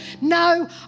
No